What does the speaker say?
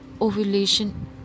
ovulation